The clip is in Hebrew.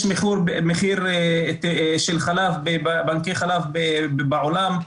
יש מחיר של חלב בבנקי חלב בעולם,